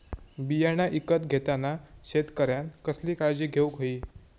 बियाणा ईकत घेताना शेतकऱ्यानं कसली काळजी घेऊक होई?